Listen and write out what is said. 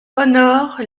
honore